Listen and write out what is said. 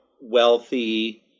wealthy